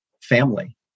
family